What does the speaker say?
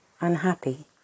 unhappy